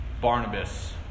Barnabas